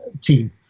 team